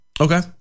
Okay